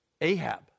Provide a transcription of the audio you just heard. Ahab